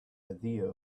idea